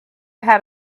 had